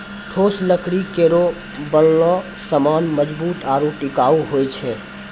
ठोस लकड़ी केरो बनलो सामान मजबूत आरु टिकाऊ होय छै